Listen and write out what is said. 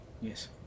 Yes